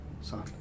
son